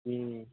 जी